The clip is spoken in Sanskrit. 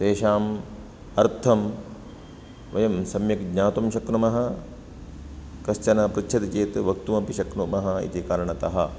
तेषाम् अर्थं वयं सम्यक् ज्ञातुं शक्नुमः कश्चन पृच्छति चेत् वक्तुम् अपि शक्नुमः इति कारणतः